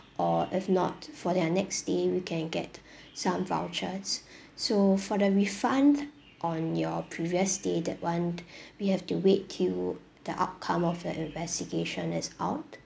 or if not for their next stay we can get some vouchers so for the refund on your previous stay that [one] we have to wait till the outcome of the investigation is out